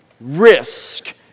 risk